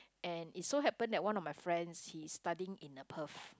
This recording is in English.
and it's so happen that one of my friends he studying in a Perth